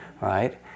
right